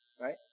right